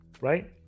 right